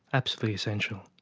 absolutely essential.